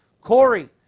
Corey